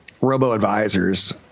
robo-advisors